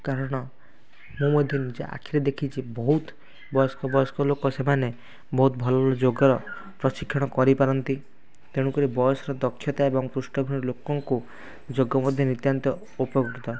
କାରଣ ମୁଁ ମଧ୍ୟ ନିଜ ଆଖିରେ ଦେଖିଛି ବହୁତ ବୟସ୍କ ବୟସ୍କ ଲୋକ ସେମାନେ ବହୁତ ଭଲ ଯୋଗ ପ୍ରଶିକ୍ଷଣ କରି ପାରନ୍ତି ତେଣୁ କରି ବୟସର ଦକ୍ଷତା ଏବଂ ପୃଷ୍ଟ ପରି ଲୋକଙ୍କୁ ଯୋଗ ମଧ୍ୟ ନିତ୍ୟାନ୍ତ ଉପକୃତ